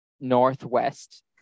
northwest